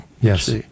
Yes